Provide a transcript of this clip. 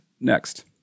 next